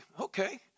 Okay